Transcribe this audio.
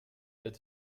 the